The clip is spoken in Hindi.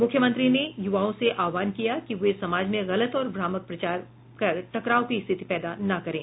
मुख्यमंत्री ने युवाओं से आहवान किया कि वे समाज में गलत और भ्रामक प्रचार कर टकराव की स्थिति पैदा ना करें